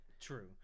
True